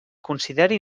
considere